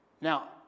Now